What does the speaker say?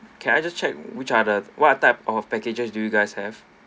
can I just check which are the what type of packages do you guys have